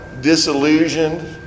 disillusioned